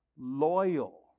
loyal